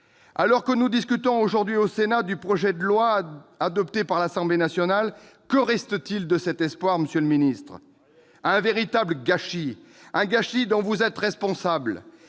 Alors que nous discutons aujourd'hui au Sénat du projet de loi adopté par l'Assemblée nationale, que reste-t-il de cet espoir ? Rien ! Un véritable gâchis, dont vous êtes responsable,